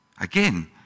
Again